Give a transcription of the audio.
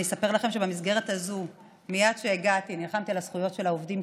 אני אספר לכם שבמסגרת הזו מייד כשהגעתי נלחמתי על הזכויות של העובדים,